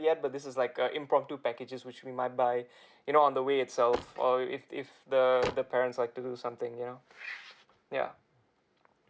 yet but this is like err impromptu packages which we might buy you know on the way itself or if if the the parents like to do something you know ya